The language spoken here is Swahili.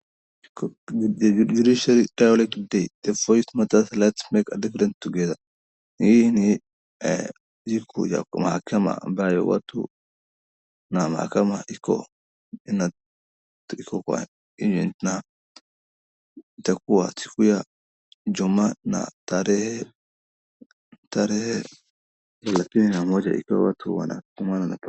The Judiciary Dialogue Day, your voice matters. Let's make a difference together! hii ni iko ya mahakama ambayo watu, naona kama iko kwa itakuwa siku ya Ijumaa na tarehe kumi na moja ikiwa tu wanatumana.